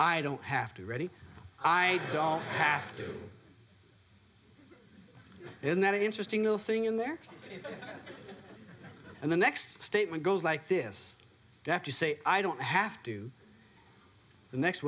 i don't have to ready i have to do in that interesting little thing in there and the next statement goes like this that you say i don't have to the next